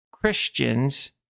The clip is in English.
Christians